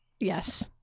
Yes